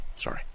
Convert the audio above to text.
sorry